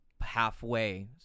halfway